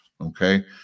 okay